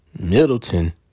Middleton